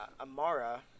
Amara